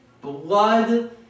Blood